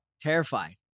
Terrified